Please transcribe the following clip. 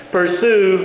pursue